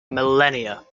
millennia